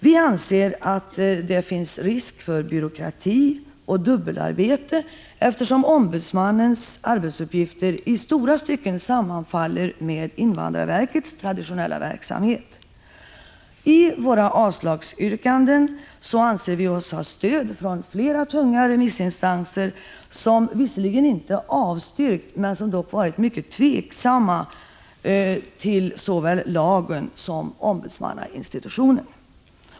Vi anser att det finns risk för byråkrati och dubbelarbete, eftersom ombudsmannens arbetsuppgifter i långa stycken sammanfaller med invandrarverkets traditionella verksamhet. I vårt avslagsyrkande anser vi oss ha stöd från flera tunga remissinstanser, som visserligen inte avstyrkt förslagen men varit mycket tveksamma till såväl lagen som ombudsmannainstitutionen.